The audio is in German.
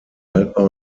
haltbar